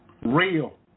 real